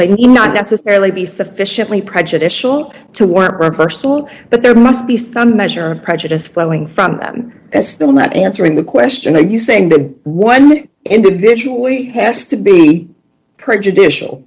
they need not necessarily be sufficiently prejudicial to warrant reversal but there must be some measure of prejudice flowing from them that's still not answering the question are you saying that one individually has to be prejudicial